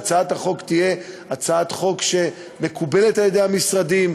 שהצעת החוק תהיה הצעת חוק שמקובלת על המשרדים,